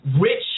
rich